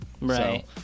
Right